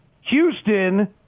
Houston